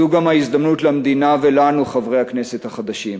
זו גם ההזדמנות למדינה ולנו, חברי הכנסת החדשים,